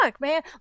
man